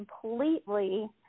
completely